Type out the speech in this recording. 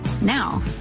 Now